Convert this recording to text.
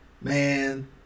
man